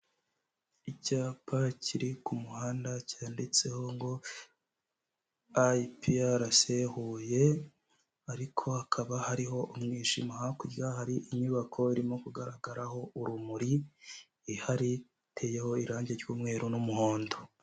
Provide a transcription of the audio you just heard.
Icyapa kiri ku muhanda cyanditseho ngo IPRC Huye, ariko hakaba hariho umwijima. Hakurya hari inyubako irimo kugaragaraho urumuri ihari, iteyeho irangi ry'umweru n'umuhondo.